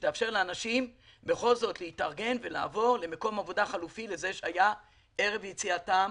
שזה יאפשר לאנשים להתארגן ולעבור למקום עבודה חלופי לזה שהיה ערב יציאתם